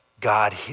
God